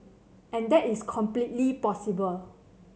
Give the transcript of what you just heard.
and that is completely possible